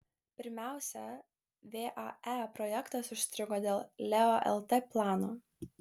pirmiausia vae projektas užstrigo dėl leo lt plano